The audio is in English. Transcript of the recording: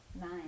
nine